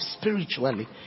spiritually